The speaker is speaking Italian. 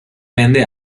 vende